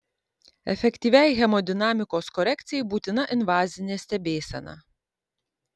efektyviai hemodinamikos korekcijai būtina invazinė stebėsena